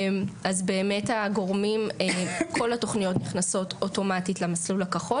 כל התוכניות נכנסות אוטומטית למסלול הכחול